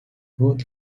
вот